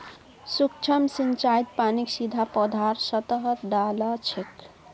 सूक्ष्म सिंचाईत पानीक सीधा पौधार सतहत डा ल छेक